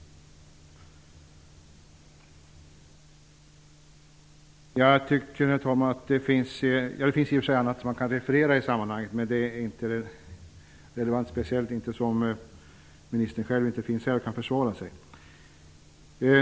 Herr talman! Det finns även annat som i detta sammanhang kan refereras till, men det är inte relevant, speciellt inte som kulturministern inte finns här i kammaren och kan försvara sig.